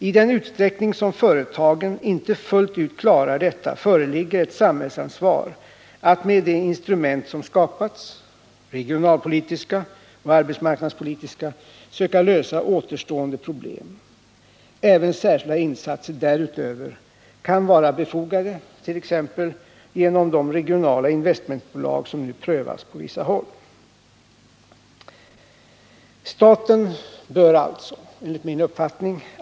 I den utsträckning som företagen inte fullt ut klarar detta föreligger ett samhällsansvar att ta med de instrument som skapats — regionalpolitiska och arbetsmarknadspolitiska — för att söka lösa återstående problem. Även särskilda insatser därutöver kan vara befogade. t.ex. genom de regionala investmentbolag som nu prövas på vissa håll. Staten bör alltså, enligt min uppfattning.